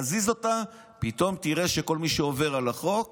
תזיז אותה, פתאום תראה שכל מי שעובר על החוק